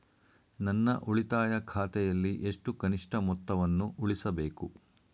ನನ್ನ ಉಳಿತಾಯ ಖಾತೆಯಲ್ಲಿ ಎಷ್ಟು ಕನಿಷ್ಠ ಮೊತ್ತವನ್ನು ಉಳಿಸಬೇಕು?